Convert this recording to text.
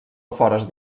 afores